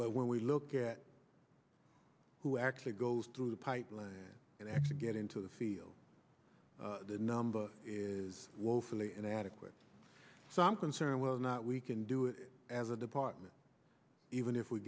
but when we look at who actually goes through the pipeline and actually get into the field the number is woefully inadequate so i'm concerned well not we can do it as a department even if we